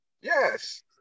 yes